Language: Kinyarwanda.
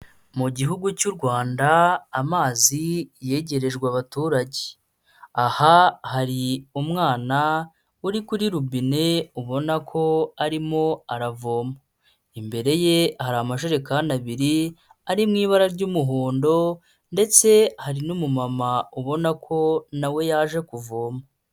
Mu gihugu cy'u Rwanda amazi yegerejwe abaturage, aha hari umwana uri kuri robine, ubona ko arimo aravoma, imbere ye hari amajerekani abiri ari mu ibara ry'umuhondo ndetse hari n'umumama ubona ko na we yaje kuvoma.